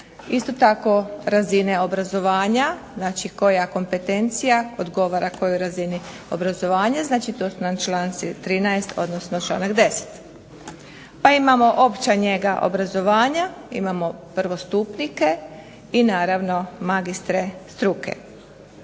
isto tako razine obrazovanja. Znači, koja kompetencija odgovara kojoj razini obrazovanja. Znači to su nam članci 13., odnosno članak 10. Pa imamo opća njega obrazovanja, imamo prvostupnike i naravno magistre struke.